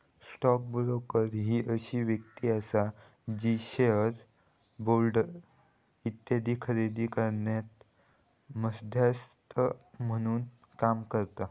stock broker ही अशी व्यक्ती आसा जी शेअर्स, बॉण्ड्स इत्यादी खरेदी करण्यात मध्यस्थ म्हणून काम करता